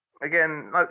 again